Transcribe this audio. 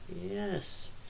Yes